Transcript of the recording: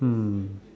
hmm